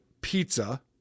pizza